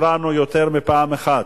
התרענו יותר מפעם אחת.